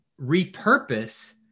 repurpose